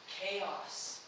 Chaos